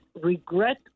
regret